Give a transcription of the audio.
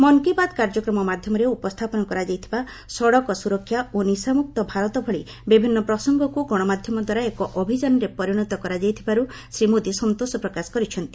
ମନ୍ କୀ ବାତ୍ କାର୍ଯ୍ୟକ୍ରମ ମାଧ୍ୟମରେ ଉପସ୍ଥାପନ କରାଯାଇଥିବା ସଡ଼କ ସୁରକ୍ଷା ଓ ନିଶାମୁକ୍ତ ଭାରତ ଭଳି ବିଭିନ୍ନ ପ୍ରସଙ୍ଗକୁ ଗଣମାଧ୍ୟମଦ୍ୱାରା ଏକ ଅଭିଯାନରେ ପରିଣତ କରାଯାଇଥିବାରୁ ଶ୍ରୀ ମୋଦି ସନ୍ତୋଷ ପ୍ରକାଶ କରିଛନ୍ତି